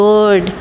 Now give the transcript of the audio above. Good